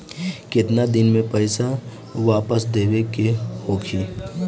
केतना दिन में पैसा वापस देवे के होखी?